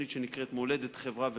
תוכנית שנקראת "מולדת, חברה ואזרחות"